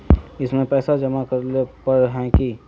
इसमें पैसा जमा करेला पर है की?